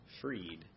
freed